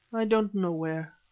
i don't know where.